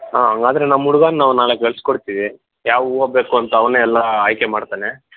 ಹಾಂ ಹಾಗಾದ್ರೆ ನಮ್ಮ ಹುಡ್ಗನ್ನ ನಾವು ನಾಳೆ ಕಳಿಸ್ಕೊಡ್ತೀವಿ ಯಾವ ಹೂವ ಬೇಕು ಅಂತ ಅವನೇ ಎಲ್ಲ ಆಯ್ಕೆ ಮಾಡ್ತಾನೆ